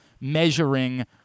measuring